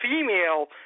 female